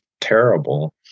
terrible